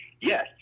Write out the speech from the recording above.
yes